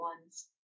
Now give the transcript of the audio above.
ones